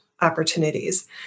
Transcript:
Opportunities